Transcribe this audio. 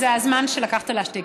זה הזמן שלקחת להשתיק,